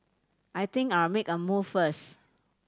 I think I'll make a move first